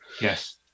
Yes